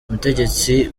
ubutegetsi